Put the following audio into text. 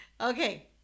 Okay